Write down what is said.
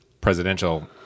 presidential